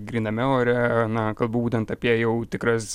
gryname ore na kalbu būtent apie jau tikras